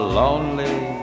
lonely